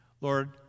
Lord